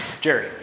Jerry